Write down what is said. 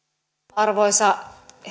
arvoisa